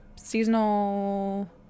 seasonal